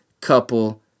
couple